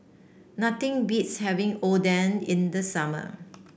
nothing beats having Oden in the summer